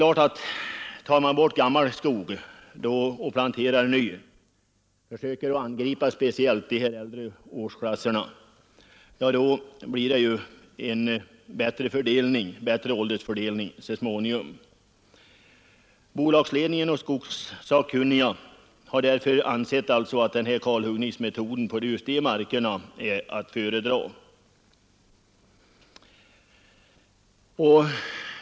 Tar man däremot bort gammal skog och planterar ny, alltså försöker angripa speciellt de äldre åldersklasserna, blir det självfallet en bättre åldersfördelning så småningom. Bolagsledningen och skogssakkunniga har därför ansett att kalhuggningsmetoden på de här markerna varit att föredra.